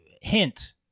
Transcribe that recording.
hint